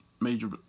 Major